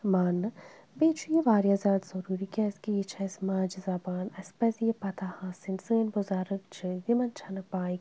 ماننہٕ بیٚیہِ چھُ یہِ واریاہ زیادٕ ضروٗری کیٛاز کہِ یہِ چھِ اسہِ ماجہِ زَبان اسہِ پَزِ یہِ پَتاہ آسٕنۍ سٲنۍ بُزرٕگ چھِ یِمَن چھَنہٕ پاے کیٚنٛہہ